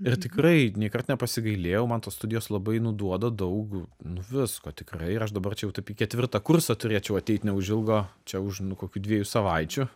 ir tikrai nė kart nepasigailėjau man tos studijos labai nu duoda daug nu visko tikrai ir aš dabar čia jau taip į ketvirtą kursą turėčiau ateit neužilgo čia už nu kokių dviejų savaičių